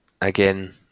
again